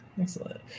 Excellent